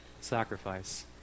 sacrifice